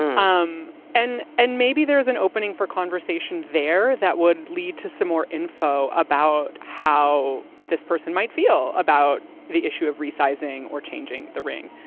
um and and maybe there is an opening for conversation there that would lead to some more info about how this person might feel about the issue of resizing or changing the ring.